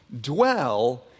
dwell